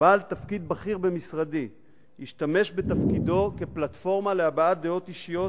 שבעל תפקיד בכיר במשרדי ישתמש בתפקידו כפלטפורמה להבעת דעות אישיות